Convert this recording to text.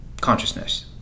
consciousness